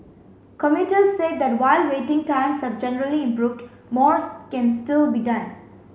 commuters said that while waiting times have generally improved more can still be done